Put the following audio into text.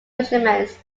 measurements